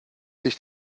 sich